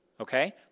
okay